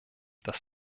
dass